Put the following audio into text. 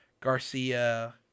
Garcia